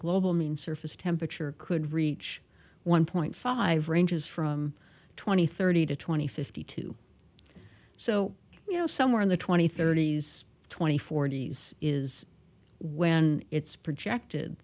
global mean surface temperature could reach one point five ranges from twenty thirty to twenty fifty two so you know somewhere in the twenty thirty days twenty four days is when it's projected